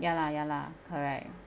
ya lah ya lah correct